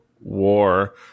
war